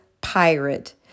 pirate